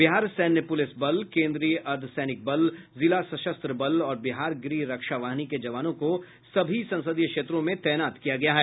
बिहार सैन्य पुलिस बल केंद्रीय अर्द्धसैनिक बल जिला सशस्त्र बल और बिहार गृह रक्षावाहिनी के जवानों को सभी संसदीय क्षेत्रों में तैनात किया गया है